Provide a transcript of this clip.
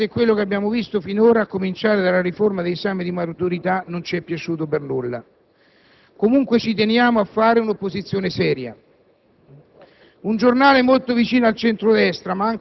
Non vogliamo avere pregiudizi, anche se quello che abbiamo visto finora, a cominciare dalla riforma dagli esami di maturità, non ci è piaciuto per nulla. Comunque, ci teniamo a fare un'opposizione seria.